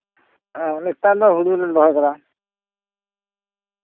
ᱱᱮᱛᱟᱨ ᱫᱚ ᱦᱩᱲᱩ ᱞᱮ ᱨᱚᱦᱚᱭ ᱠᱟᱫᱟ